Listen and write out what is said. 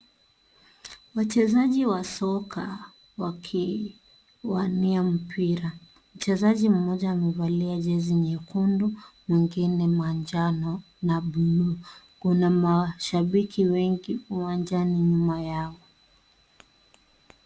Wachezaji wa soka wakiwania mpira, mchezaji mmoja amevalia jezi nyekundu, mwingine manjano na buluu. Kuna mashabiki wengi uwanjani nyuma yao.